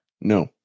No